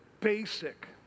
basic